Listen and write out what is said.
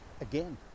again